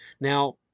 Now